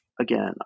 again